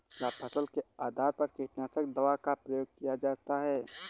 क्या फसल के आधार पर कीटनाशक दवा का प्रयोग किया जाता है?